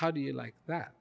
how do you like that